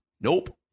Nope